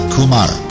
Kumar